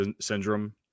syndrome